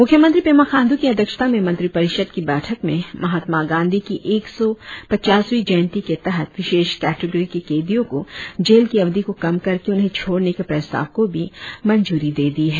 मुख्यमंत्री पेमा खांडू की अध्यक्षता में मंत्रिपरिषद की बैठक में महात्मा गांधी की एक सौ पचासवीं जयंती के तहत विशेष कटेगरी के कैदियों को जेल की अवधि को कम करके उन्हें छोड़ने के प्रस्ताव को भी मंजूरी दे दी है